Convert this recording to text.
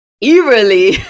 eerily